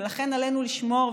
ולכן עלינו לשמור,